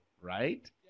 right